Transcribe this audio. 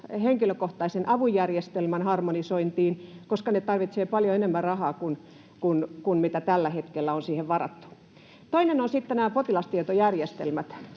henkilökohtaisen avun järjestelmän harmonisointiin, koska ne tarvitsevat paljon enemmän rahaa kuin mitä tällä hetkellä on siihen varattu? Toinen on sitten nämä potilastietojärjestelmät: